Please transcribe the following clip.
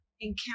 encounter